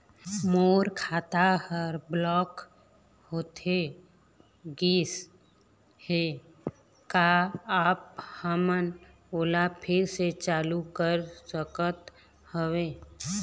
मोर खाता हर ब्लॉक होथे गिस हे, का आप हमन ओला फिर से चालू कर सकत हावे?